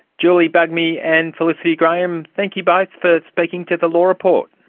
julie bugmy and felicity graham, thank you both for speaking to the law report.